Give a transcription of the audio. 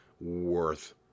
worth